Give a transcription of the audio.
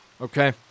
okay